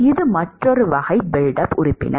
இது மற்றொரு வகை பில்ட் அப் உறுப்பினர்